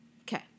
Okay